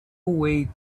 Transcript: way